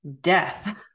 death